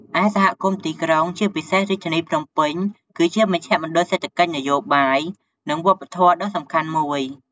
ឯសហគមន៍ទីក្រុង ជាពិសេសរាជធានីភ្នំពេញ គឺជាមជ្ឈមណ្ឌលសេដ្ឋកិច្ច នយោបាយ និងវប្បធម៌ដ៏សំខាន់មួយ។